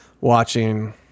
watching